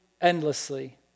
endlessly